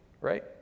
right